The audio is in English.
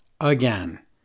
again